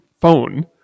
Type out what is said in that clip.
phone